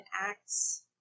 Acts